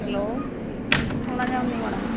hello ଶୁଣାଯାଉନି madam